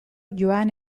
joan